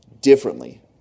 differently